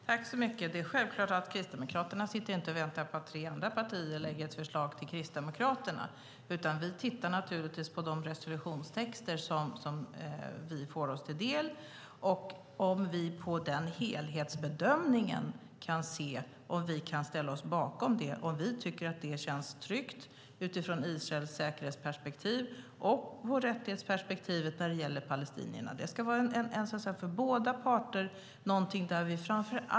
Herr talman! Självklart sitter Kristdemokraterna inte och väntar på att tre andra partier lägger fram förslag till Kristdemokraterna, utan vi tittar naturligtvis på de resolutionstexter som vi får oss till del för att se om vi, utifrån en helhetsbedömning, kan ställa oss bakom förslaget. Det handlar om ifall vi tycker att det känns tryggt beträffande Israels säkerhetsperspektiv och rättighetsperspektivet gällande palestinierna. Det ska gälla för båda parter.